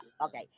okay